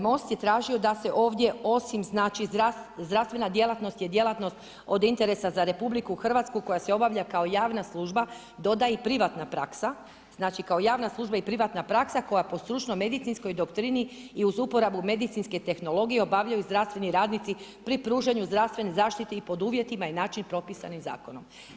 MOST je tražio da se ovdje osim znači zdravstvena djelatnost je djelatnost od interesa za RH koja se obavlja kao javna služba, doda i privatna praksa, znači kao javna služba i privatna praksa koja po stručnoj medicinskoj doktrini i uz uporabu medicinske tehnologije, obavljaju zdravstveni radnici pri pružanju zdravstvene zaštite i pod uvjetima i načinima propisanim zakonom.